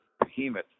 behemoth